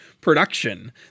production